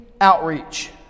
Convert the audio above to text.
outreach